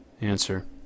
Answer